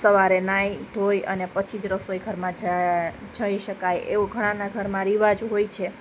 સવારે નાહી ધોઈ અને પછી જ રસોઈઘરમાં જાય જઈ શકાય એવું ઘણાના ઘરમાં રિવાજ હોય છે